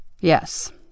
Yes